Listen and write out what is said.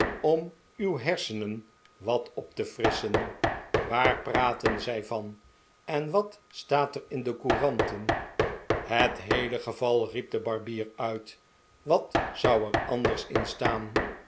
om uw hersenen wat op te frisschen waar praatten zij van en wat staat er in de couranten het heele geval riep de barbier uit wat zou er anders in staan